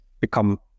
become